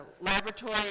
laboratory